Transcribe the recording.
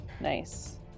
Nice